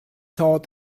hot